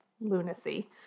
lunacy